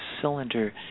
cylinder